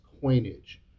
coinage